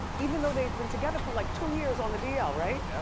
even though they had been together for like, two years on the d l, right? yup.